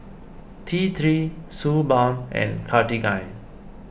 T three Suu Balm and Cartigain